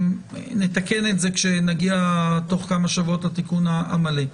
נתקן את זה כשנגיע תוך כמה שבועות לתיקון המלא.